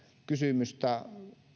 kysymystä